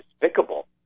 despicable